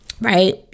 right